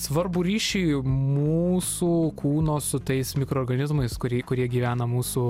svarbų ryšį mūsų kūno su tais mikroorganizmais kurie kurie gyvena mūsų